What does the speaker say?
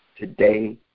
today